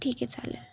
ठीक आहे चालेल